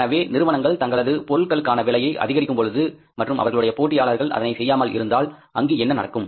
எனவே நிறுவனங்கள் தங்களது பொருட்களுக்கான விலையை அதிகரிக்கும்போது மற்றும் அவர்களுடைய போட்டியாளர்கள் அதனை செய்யாமல் இருந்தால் அங்கு என்ன நடக்கும்